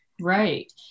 Right